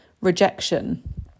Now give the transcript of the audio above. rejection